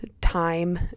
time